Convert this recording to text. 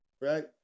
right